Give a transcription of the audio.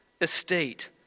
estate